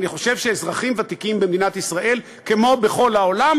אני חושב שאזרחים ותיקים במדינת ישראל כמו בכל העולם